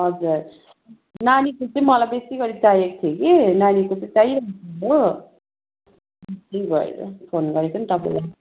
हजुर नानीको चाहिँ मलाई बेसी गरी चाहिएको थियो कि नानीको चाहिँ चाहिहाल्छ हो अन्त त्यही भएर फोन गरेको नि तपाईँलाई